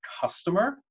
customer